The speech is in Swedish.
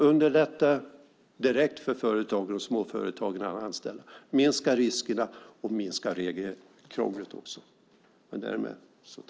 Underlätta direkt för de små företagen att anställa genom att minska riskerna och även regelkrånglet.